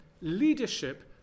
leadership